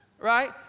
right